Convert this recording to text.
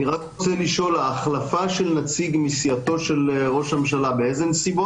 באיזה נסיבות ההחלפה של נציג מסיעתו של ראש ממשלה?